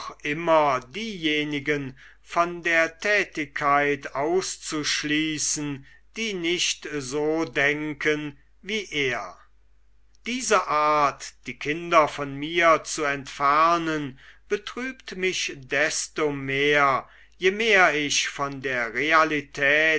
immer diejenigen von der tätigkeit auszuschließen die nicht so denken wie er diese art die kinder von mir zu entfernen betrübt mich desto mehr je mehr ich von der realität